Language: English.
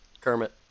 Kermit